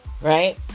Right